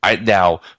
Now